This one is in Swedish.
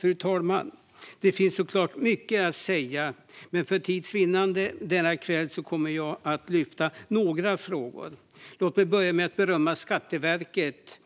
Fru talman! Det finns såklart mycket att säga, men för tids vinnande kommer jag bara att lyfta några frågor denna kväll. Låt mig börja med att berömma Skatteverket